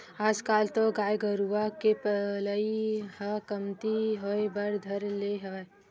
आजकल तो गाय गरुवा के पलई ह कमती होय बर धर ले हवय